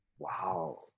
wow